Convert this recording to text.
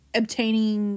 obtaining